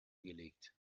gelegt